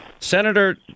Senator